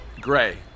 gray